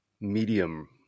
medium